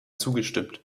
zugestimmt